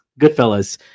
goodfellas